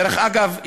דרך אגב,